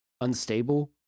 unstable